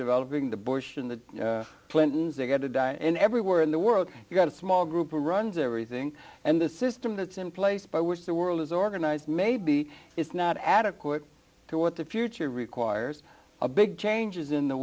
developing the bush and the clintons are going to die and everywhere in the world you've got a small group of runs everything and the system that's in place by which the world is organized maybe it's not adequate to what the future requires a big changes in the